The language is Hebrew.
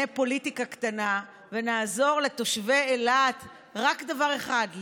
פוליטיקה קטנה ונעזור לתושבי אילת רק בדבר אחד,